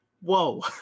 whoa